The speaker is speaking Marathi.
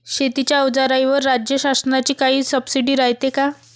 शेतीच्या अवजाराईवर राज्य शासनाची काई सबसीडी रायते का?